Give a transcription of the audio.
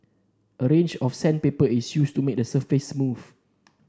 a range of sandpaper is used to make the surface smooth